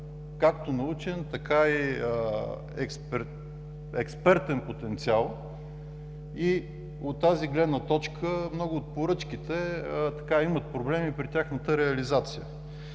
както научен, така и експертен потенциал, и от тази гледна точка много от поръчките имат проблеми при тяхната реализация.